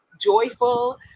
joyful